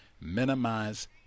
minimize